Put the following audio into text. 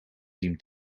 riem